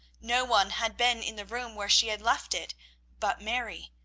no one had been in the room where she had left it but mary,